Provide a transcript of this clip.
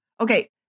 Okay